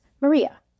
Maria